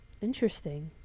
Interesting